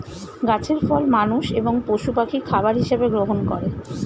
গাছের ফল মানুষ এবং পশু পাখি খাবার হিসাবে গ্রহণ করে